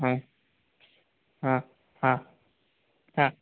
हां हां हां हां